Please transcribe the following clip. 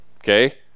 Okay